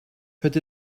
het